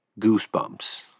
goosebumps